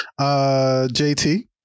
JT